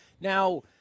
Now